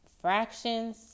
Fractions